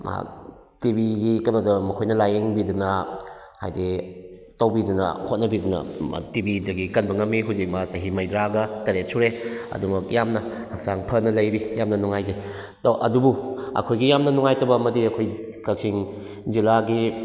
ꯃꯍꯥꯛ ꯇꯤꯕꯤꯒꯤ ꯀꯩꯅꯣꯗ ꯃꯈꯣꯏꯅ ꯂꯥꯏꯌꯦꯡꯕꯤꯗꯅ ꯍꯥꯏꯗꯤ ꯇꯧꯕꯤꯗꯅ ꯍꯣꯠꯅꯕꯤꯗꯅ ꯃꯥ ꯇꯤꯕꯤꯗꯒꯤ ꯀꯟꯕ ꯉꯝꯃꯤ ꯍꯧꯖꯤꯛ ꯃꯥ ꯆꯍꯤ ꯃꯧꯗ꯭ꯔꯥꯒ ꯇꯔꯦꯠ ꯁꯨꯔꯦ ꯑꯗꯨꯃꯛ ꯌꯥꯝꯅ ꯍꯛꯆꯥꯡ ꯐꯅ ꯂꯩꯔꯤ ꯌꯥꯝꯅ ꯅꯨꯡꯉꯥꯏꯖꯩ ꯑꯗꯣ ꯑꯗꯨꯕꯨ ꯑꯩꯈꯣꯏꯒꯤ ꯌꯥꯝꯅ ꯅꯨꯡꯉꯥꯏꯇꯕ ꯑꯃꯗꯤ ꯑꯩꯈꯣꯏ ꯀꯛꯆꯤꯡ ꯖꯤꯂꯥꯒꯤ